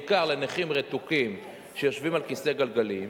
בעיקר לנכים רתוקים שיושבים על כיסאות גלגלים,